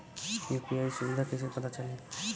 UPI सुबिधा कइसे पता चली?